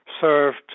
served